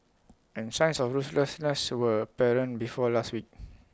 and signs of ruthlessness were apparent before last week